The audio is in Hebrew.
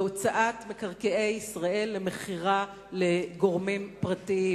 בהוצאת מקרקעי ישראל למכירה לגורמים פרטיים.